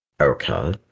okay